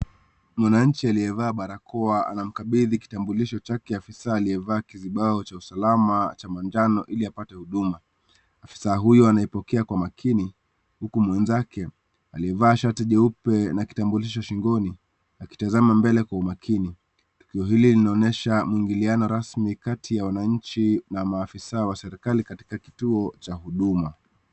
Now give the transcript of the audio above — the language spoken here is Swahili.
Mwanachi aliyevaa barakoa anamkabidhi kitambulisho chake afisa aliyebaki kizibao cha usalama cha manjano ili apate huduma. Afisa huyo anaipokea kwa umakini huku mwenzake aliyevaa shati jeupe na kitambulisho shingoni akitazama mbele kwa umakini tukio linaonyesha uingiliano rasmi kati ya wanachi na maafisa wa kiserikali katika kituo cha huduma.